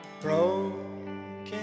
Broken